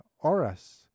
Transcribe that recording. auras